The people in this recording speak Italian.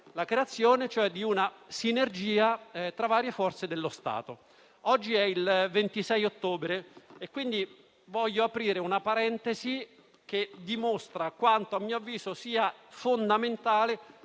la creazione di una sinergia tra varie forze dello Stato. Oggi è il 26 ottobre e voglio aprire una parentesi che dimostra quanto sia fondamentale